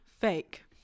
Fake